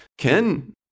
Ken